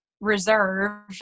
reserve